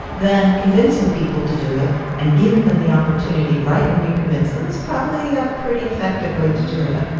then convincing people to do it and giving them the opportunity right when you convince them is probably a pretty effective way to do it.